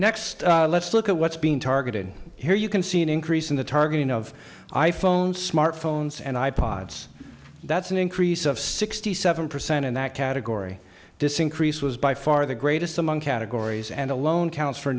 next let's look at what's being targeted here you can see an increase in the targeting of i phone smartphones and i pods that's an increase of sixty seven percent in that category this increase was by far the greatest among categories and alone counts for